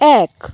এক